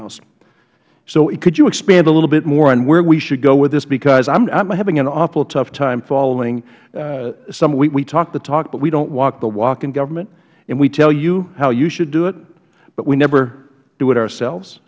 house so could you expand a little bit more on where we should go with this because i am having an awful tough time following some we talk the talk but we dont walk the walk in government and we tell you how you should do it but we never do it ourselves